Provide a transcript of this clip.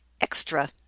extra